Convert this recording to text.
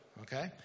Okay